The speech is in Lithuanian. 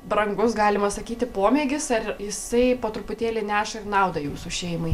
brangus galima sakyti pomėgis ar jisai po truputėlį neša ir naudą jūsų šeimai